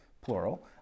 plural